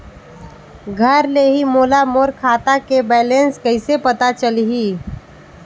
घर ले ही मोला मोर खाता के बैलेंस कइसे पता चलही?